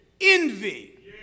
envy